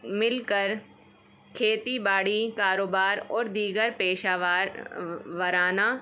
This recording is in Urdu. مل کر کھیتی باڑی کاروبار اور دیگر پیشہ وار ورانہ